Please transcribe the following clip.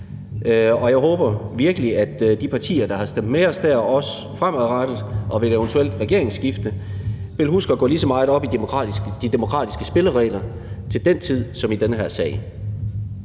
og jeg håber virkelig, at de partier, der har stemt med os dér, også fremadrettet og ved et eventuelt regeringsskifte vil huske at gå lige så meget op i de demokratiske spilleregler til den tid som i den her sag.